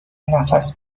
نفس